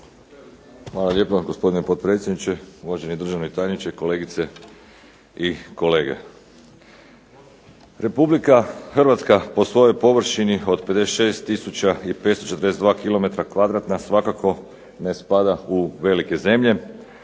Hvala lijepa gospodine potpredsjedniče, uvaženi državni tajniče, kolegice i kolege. Republika Hrvatska po svojoj površini od 56542 km2 svakako ne spada u velike zemlje.